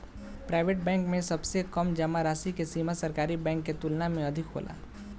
private bank में सबसे कम जामा राशि के सीमा सरकारी बैंक के तुलना में अधिक होला